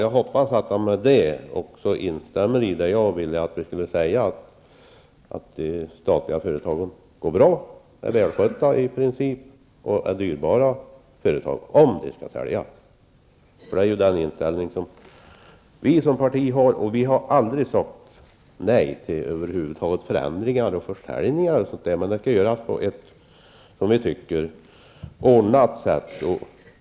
Jag hoppas att han med det instämmer i det jag vill säga, att de statliga företagen går bra, de är i princip välskötta och skall vara dyra om de skall säljas. Det är den inställning som vi i partiet har. Vi har aldrig sagt nej till försäljningar eller förändringar över huvud taget, men vi tycker att de skall genomföras på ett ordnat sätt.